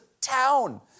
town